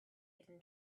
hidden